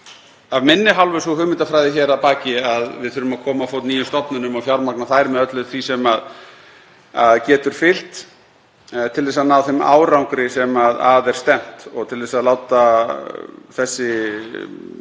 af minni hálfu sú hugmyndafræði að baki að við þurfum að koma á fót nýjum stofnunum og fjármagna þær með öllu því sem getur fylgt til að ná þeim árangri sem að er stefnt og til að láta þessi